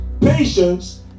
patience